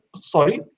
sorry